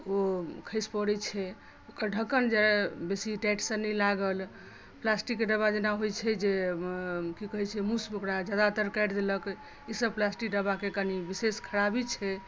ओ खसि पड़ैत छै ओकर ढक्कन जे बेसी टाइटसँ नहि लागल प्लास्टिकके डब्बा जेना होइत छै जे की कहैत छै मूस ओकरा ज्यादातर काटि देलक ईसभ प्लास्टिक डब्बाके कनि विशेष खराबी छै